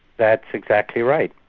that's exactly right.